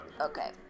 Okay